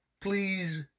please